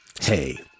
Hey